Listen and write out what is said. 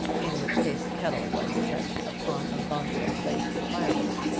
in which case a kettle was set upon a bundle of blazing firewood.